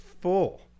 full